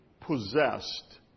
possessed